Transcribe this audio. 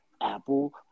Apple